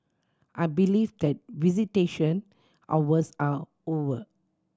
I believe that visitation hours are over